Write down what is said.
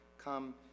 come